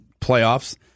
playoffs